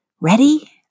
Ready